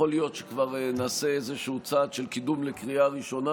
יכול להיות שכבר נעשה צעד של קידום לקריאה הראשונה,